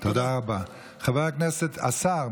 תודה רבה, חבר הכנסת שוסטר.